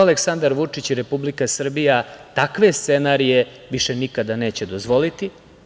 Aleksandar Vučić i Republika Srbija takve scenarije više nikada neće dozvoliti.